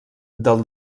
del